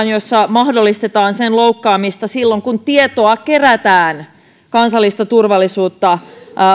ja mahdollistetaan sen loukkaaminen silloin kun tietoa kerätään kansallista turvallisuutta